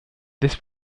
this